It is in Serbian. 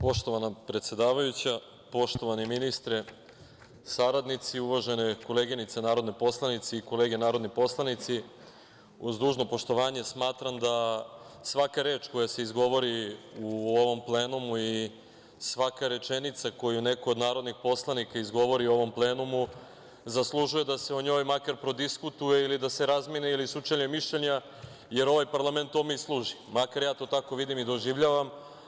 Poštovana predsedavajuća, poštovani ministre, saradnici, uvažene koleginice narodne poslanice i kolege narodni poslanici, uz dužno poštovanje smatram da svaka reč koja se izgovori u ovom plenumu i svaka rečenica koju neko od narodnih poslanika izgovori u ovom plenumu zaslužuje da se o njoj makar prodiskutuje ili da se razmeni ili sučelje mišljenja, jer ovaj parlament tome i služi, makar ja to tako vidim i doživljavam.